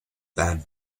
bad